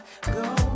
go